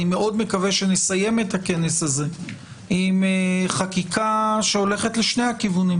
אני מקווה מאוד שנסיים את הכנס הזה עם חקיקה שהולכת לשני הכיוונים,